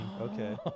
Okay